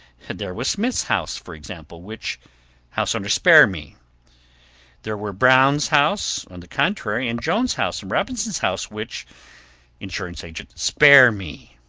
there was smith's house, for example, which house owner spare me there were brown's house, on the contrary, and jones's house, and robinson's house, which insurance agent spare me!